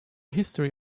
history